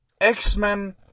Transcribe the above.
X-Men